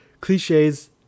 cliches